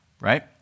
right